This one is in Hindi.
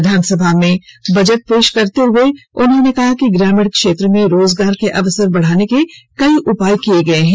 विधानसभा में बजट पेश करते हुए उन्होंने कहा कि ग्रामीण क्षेत्रों में रोजगार के अवसर बढ़ाने के लिए कई उपाय किये गये हैं